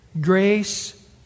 Grace